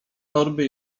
torby